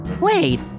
Wait